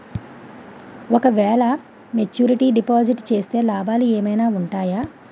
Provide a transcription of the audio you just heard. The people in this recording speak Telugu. ఓ క వేల మెచ్యూరిటీ డిపాజిట్ చేస్తే లాభాలు ఏమైనా ఉంటాయా?